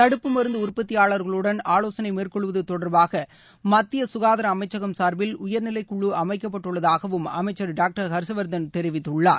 தடுப்பு மருந்து உற்பத்தியாளர்களுடன் ஆலோசனை மேற்கொள்வது தொடர்பாக மத்திய சுகாதார அமைச்சகம் சார்பில் உயர்நிலை குழு அமைக்கப்பட்டுள்ளதாக அமைச்சர் டாக்டர் ஊர்ஷ்வர்தன் தெரிவித்துள்ளார்